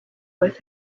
with